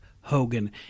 Hogan